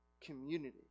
community